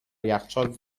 یخچال